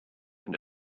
and